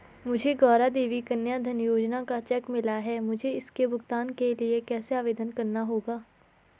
मुझे गौरा देवी कन्या धन योजना का चेक मिला है मुझे इसके भुगतान के लिए कैसे आवेदन करना होगा?